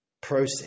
process